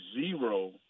zero